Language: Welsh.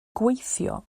gweithio